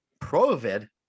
Provid